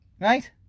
right